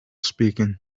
speaking